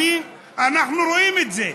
אנחנו רואים את זה.